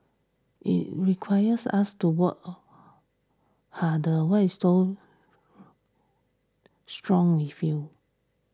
it requires us to work harder strong interview